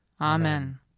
Amen